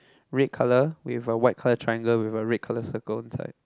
red colour with a white colour triangle with a red colour circle inside